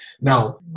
Now